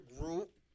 group